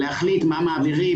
להחליט מה מעבירים,